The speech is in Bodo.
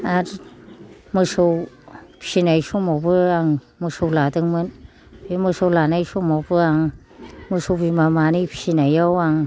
आरौ मोसौ फिसिनाय समावबो आं मोसौ लादोंमोन बे मोसौ लानाय समावबो आं मोसौ बिमा मानै फिसिनायाव आं